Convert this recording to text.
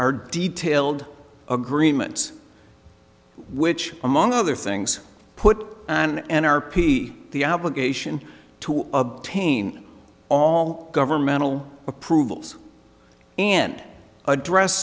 detailed agreements which among other things put an end r p the obligation to obtain all governmental approvals and address